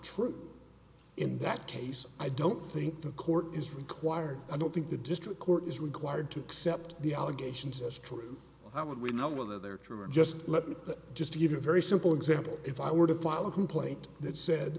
true in that case i don't think the court is required i don't think the district court is required to accept the allegations as true how would we know whether they're true or just let me just give you a very simple example if i were to file a complaint that said